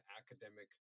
academic